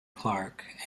clark